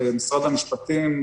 משרד המשפטים,